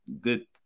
good